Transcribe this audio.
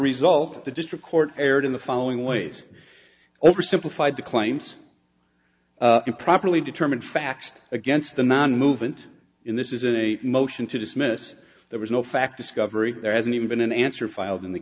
result the district court erred in the following ways over simplified the claims improperly determined facts against the non movement in this isn't a motion to dismiss there was no fact discovery there hasn't even been an answer filed in the